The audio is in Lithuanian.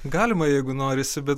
galima jeigu norisi bet